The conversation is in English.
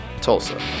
Tulsa